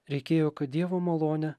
reikėjo kad dievo malone